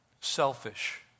Selfish